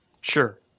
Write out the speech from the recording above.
Sure